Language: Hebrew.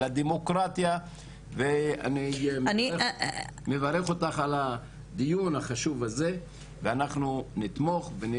של הדמוקרטיה ואני מברך אותך על הדיון החשוב הזה ואנחנו נתמוך.